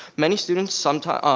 many students sometimes,